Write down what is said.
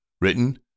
Written